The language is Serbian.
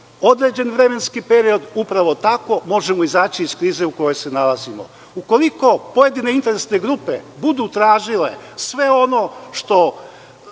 određeni vremenski period. Upravo tako možemo izaći iz krize u kojoj se nalazimo. Ukoliko pojedine interesne grupe budu tražile sve ono što